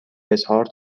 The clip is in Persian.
اظهار